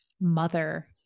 mother